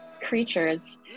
creatures